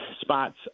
spots